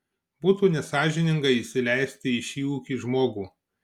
būtų nesąžininga įsileisti į šį ūkį žmogų